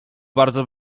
bardzo